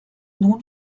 nun